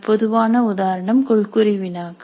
பொதுவான உதாரணம் கொள்குறி வினாக்கள்